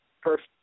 first